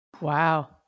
Wow